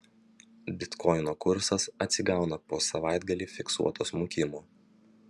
bitkoino kursas atsigauna po savaitgalį fiksuoto smukimo